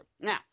Now